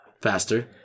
Faster